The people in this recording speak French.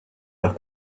leur